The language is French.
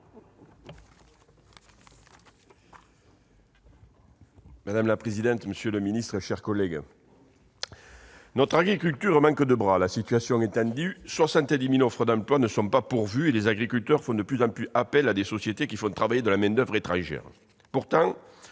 Madame la présidente, monsieur le ministre, chers collègues, notre agriculture manque de bras. La situation est tendue : 70 000 offres d'emploi ne sont pas pourvues, et les agriculteurs font de plus en plus appel à des sociétés qui font travailler de la main-d'oeuvre étrangère. Pourtant,